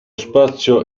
spazio